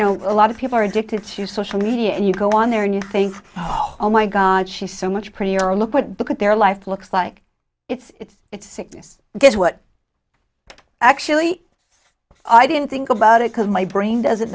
know a lot of people are addicted to social media and you go on there and you think oh oh my god she's so much prettier look at because their life looks like it's it's sickness guess what actually i didn't think about it because my brain doesn't